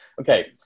Okay